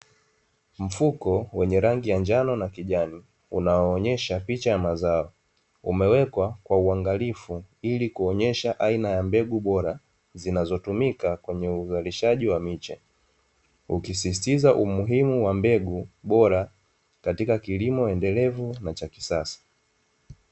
Mfuko wenye rangi ya njano na kijani, unaonesha picha ya mazao. Umewekwa kwa uangalifu, hili kuonesha aina ya mbegu bora zinazotumika kwenye uzalishaji wa miche, ukisisitiza umuhimu wa mbegu bora katika kilimo endelevu na cha kisasa.